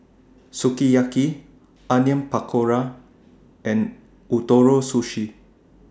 Sukiyaki Onion Pakora and Ootoro Sushi